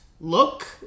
look